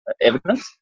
evidence